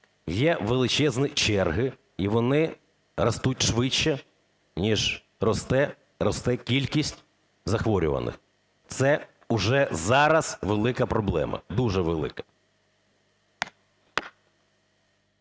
Є величезні черги, і вони ростуть швидше, ніж росте кількість захворювань. Це уже зараз велика проблема, дуже велика.